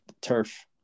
turf